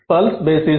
pulse basis